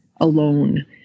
alone